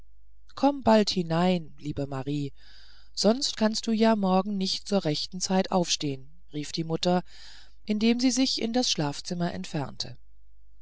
komm bald hinein liebe marie sonst kannst du ja morgen nicht zu rechter zeit aufstehen rief die mutter indem sie sich in das schlafzimmer entfernte